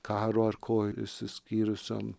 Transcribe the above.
karo ar ko išsiskyrusiom